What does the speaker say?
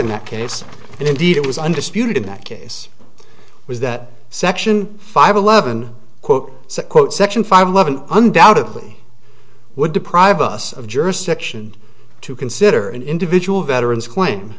in that case and indeed it was under sputum that case was that section five eleven quote quote section five eleven undoubtedly would deprive us of jurisdiction to consider an individual veteran's claim